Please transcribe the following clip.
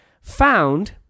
found